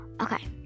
Okay